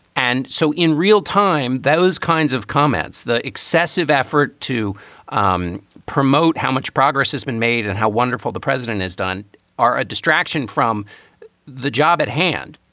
and so in real time, those kinds of comments, the excessive effort to um promote how much progress has been made and how wonderful the president has done are a distraction from the job at hand.